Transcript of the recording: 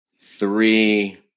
three –